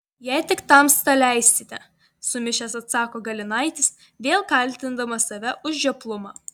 jei tik tamsta leisite sumišęs atsako galinaitis vėl kaltindamas save už žioplumą